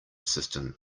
system